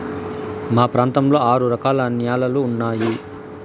మా ప్రాంతంలో ఆరు రకాల న్యాలలు ఉన్నాయి